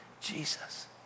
Jesus